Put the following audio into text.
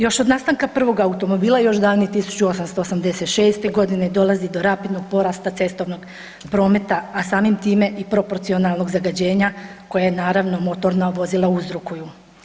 Još od nastanka prvoga automobila još davne 1886. godine dolazi do rapidnog porasta cestovnog prometa, a samim time i proporcionalnog zagađenja koje naravno motorna vozila uzrokuju.